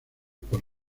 por